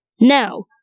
Now